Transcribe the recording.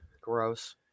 Gross